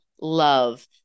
love